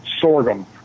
sorghum